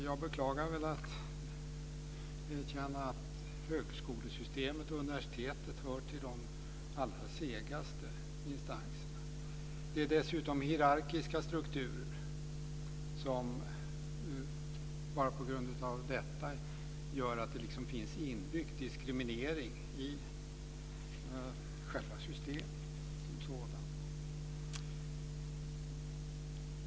Jag beklagar att högskolesystemet och universitetet hör till de allra segaste instanserna. Det är dessutom hierarkiska strukturer, som bara på grund av detta gör att det finns en inbyggd diskriminering i själva systemet som sådant.